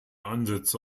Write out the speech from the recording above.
ansätze